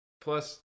plus